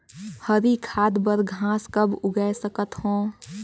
हरी खाद बर घास कब उगाय सकत हो?